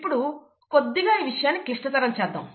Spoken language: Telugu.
ఇప్పుడు కొద్దిగా ఈ విషయాన్ని క్లిష్టతరం చేద్దాం